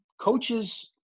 coaches